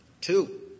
Two